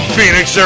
Phoenix